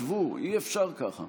שבו, אי-אפשר ככה.